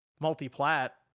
multi-plat